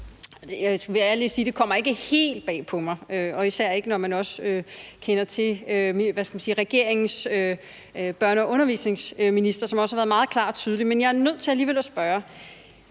ikke kommer helt bag på mig, især ikke, når man også kender til regeringens børne- og undervisningsminister, som også har været meget klar og tydelig. Men jeg er nødt til alligevel